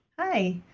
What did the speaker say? Hi